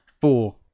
four